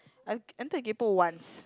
I entered once